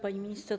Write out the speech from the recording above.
Pani Minister!